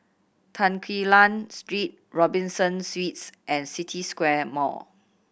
Tan Quee Lan Street Robinson Suites and City Square Mall